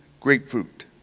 grapefruit